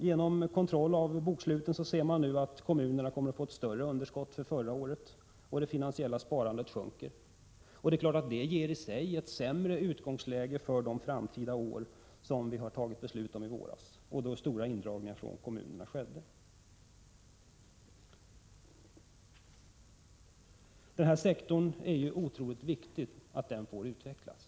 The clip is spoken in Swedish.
Genom kontroll av boksluten ser man nu att kommunerna kommer att få ett större underskott för förra året, och det finansiella sparandet sjunker. Det ger i sig ett sämre utgångsläge för de framtida år som vi har fattat beslut om i våras, då stora indragningar från kommunerna skedde. Det är oerhört viktigt att denna sektor får utvecklas.